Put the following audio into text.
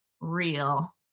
real